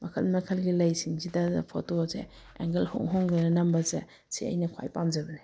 ꯃꯈꯜ ꯃꯈꯜꯒꯤ ꯂꯩꯁꯤꯡꯁꯤꯗ ꯐꯣꯇꯣꯁꯦ ꯑꯦꯡꯒꯜ ꯍꯣꯡ ꯍꯣꯡꯗꯅ ꯅꯝꯕꯁꯦ ꯁꯦ ꯑꯩꯅ ꯈ꯭ꯋꯥꯏ ꯄꯥꯝꯖꯕꯅꯤ